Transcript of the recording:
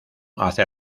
hace